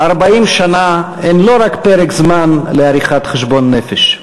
40 שנה הן לא רק פרק זמן לעריכת חשבון נפש.